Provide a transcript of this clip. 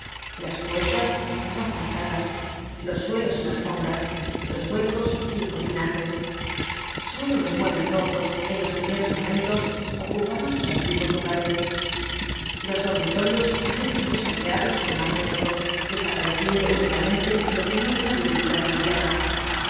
las puertas estaban forzadas los suelos sin alfombras los huecos sin cortinajes sólo los muebles rotos en los primeros momentos ocupaban sus antiguos lugares los dormitorios habían sido saqueados con más método desapareciendo únicamente lo que no era de utilidad inmediata